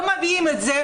ומביאים את זה,